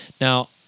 Now